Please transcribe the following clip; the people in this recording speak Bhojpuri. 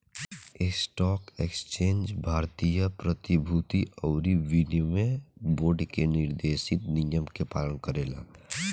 स्टॉक एक्सचेंज भारतीय प्रतिभूति अउरी विनिमय बोर्ड के निर्देशित नियम के पालन करेला